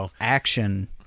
action-